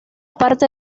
parte